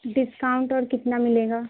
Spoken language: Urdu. ڈسکاؤنٹ اور کتنا ملے گا